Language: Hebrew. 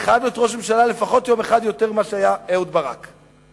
אני חייב להיות ראש הממשלה לפחות יום אחד יותר ממה שאהוד ברק היה.